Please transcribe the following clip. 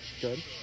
good